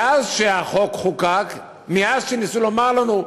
מאז חוקק החוק וניסו לומר לנו: